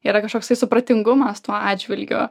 yra kažkoksai supratingumas tuo atžvilgiu